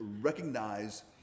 recognize